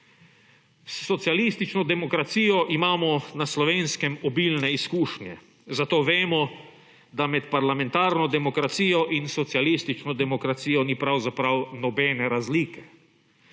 S socialistično demokracijo imamo na slovenskem obilne izkušnje, zato vemo, da med parlamentarno demokracijo in socialistično demokracijo ni nobene razlike.